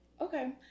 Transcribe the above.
Okay